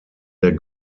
der